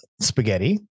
spaghetti